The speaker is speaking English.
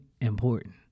important